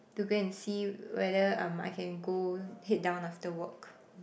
to go and see whether um I can go head down after work